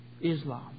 Islam